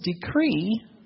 decree